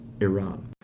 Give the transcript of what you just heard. Iran